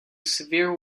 severe